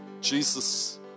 Jesus